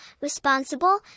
responsible